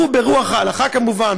ברוח ההלכה כמובן,